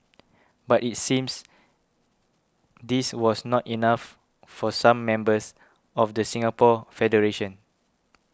but it seems this was not enough for some members of the Singapore federation